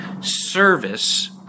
Service